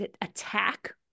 attack